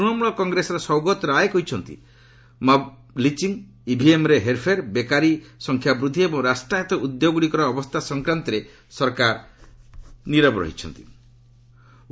ତୃଣମୂଳକ କଂଗ୍ରେସର ସୌଗତ ରୟ କହିଛନ୍ତି ମବ୍ଲିଚିଂ ଇଭିଏମ୍ରେ ହେର୍ଫେର୍ ବେକାରୀ ସଂଖ୍ୟା ବୃଦ୍ଧି ଏବଂ ରାଷ୍ଟ୍ରାୟତ୍ତ ଉଦ୍ୟୋଗଗୁଡ଼ିକର ଅବସ୍ଥା ସଂକ୍ରାନ୍ତରେ ସରକାର ନିରବ ରହିଛନ୍ତି